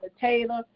Taylor